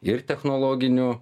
ir technologinių